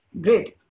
Great